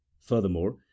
Furthermore